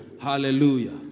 Hallelujah